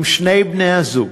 אם שני בני הזוג